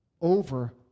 over